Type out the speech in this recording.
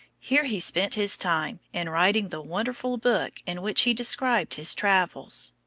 here he spent his time in writing the wonderful book in which he described his travels.